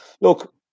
look